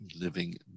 Living